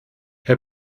herr